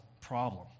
problem